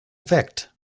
effect